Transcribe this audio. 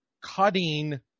cutting